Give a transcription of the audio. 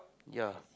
ya